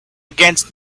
against